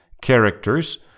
Characters